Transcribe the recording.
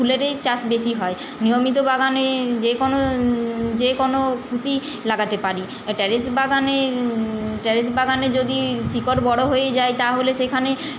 ফুলেরই চাষ বেশি হয় নিয়মিত বাগানে যে কোনো যে কোনো খুশি লাগাতে পারি টেরেস বাগানে টেরেস বাগানে যদি শিকড় বড়ো হয়ে যায় তাহলে সেখানে